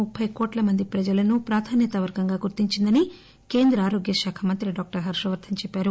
ముప్పై కోట్ల మంది ప్రజలను ప్రాధాన్యత వర్గంగా గుర్తించిందని కేంద్ర ఆరోగ్యశాఖ మంత్రి డాక్టర్ హర్హవర్ధన్ చెప్పారు